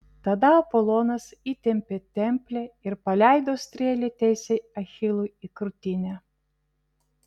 tada apolonas įtempė templę ir paleido strėlę tiesiai achilui į krūtinę